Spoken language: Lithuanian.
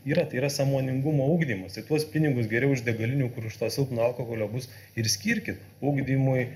yra tai yra sąmoningumo ugdymas tai tuos pinigus geriau iš degalinių kur už tą silpną alkoholio bus ir skirkit ugdymui